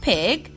Pig